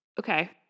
Okay